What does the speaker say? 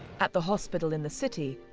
at the hospital in the city,